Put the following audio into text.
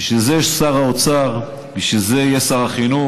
בשביל זה יש שר אוצר, בשביל זה יש את שר חינוך,